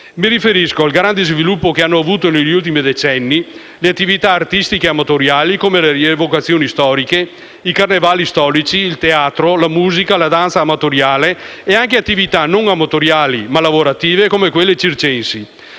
Mi riferisco al grande sviluppo che hanno avuto negli ultimi decenni le attività artistiche amatoriali come le rievocazioni storiche, i carnevali storici, il teatro, la musica e la danza amatoriali e anche attività non amatoriali ma lavorative come quelle circensi,